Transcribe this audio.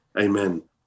Amen